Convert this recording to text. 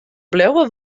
bliuwe